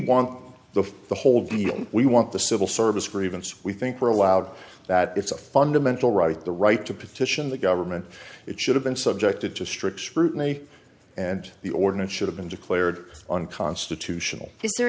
want the the whole deal we want the civil service grievance we think we're allowed that it's a fundamental right the right to petition the government it should have been subjected to strict scrutiny and the ordinance should have been declared unconstitutional is there